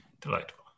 delightful